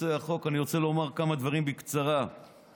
אתמול